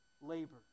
labor